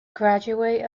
graduate